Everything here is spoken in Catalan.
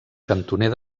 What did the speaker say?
cantoner